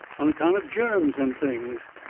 on account of germs and things.